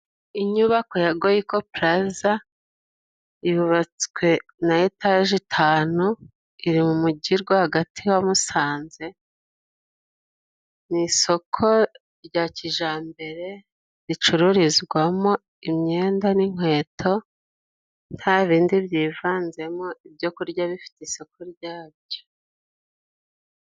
Inyubako ya goyiko pulaza yubatswe na etaje itanu, iri mu mujyi rwagati wa Musanze. Mu isoko rya kijambere ricururizwamo imyenda n'inkweto nta bindi byivanzemo, ibyo kurya bifite isoko ryabyo.